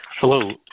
Hello